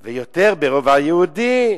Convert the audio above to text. ויותר, ברובע היהודי.